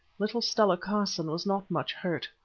little stella carson was not much hurt.